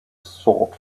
sword